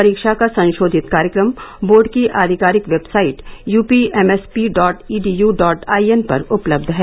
परीक्षा का संशोधित कार्यक्रम बोर्ड की आधिकारिक website UPMSP dot EDU dot IN पर उपलब्ध है